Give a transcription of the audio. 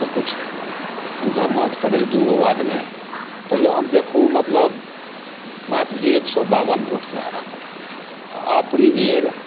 तऽ किछु हुनको मदद कऽ देलियनि दू गो वार्डमे तैओ हम देखू मतलब मात्र एक सए बाबन वोटसँ हारल रही आओर अबरी बेर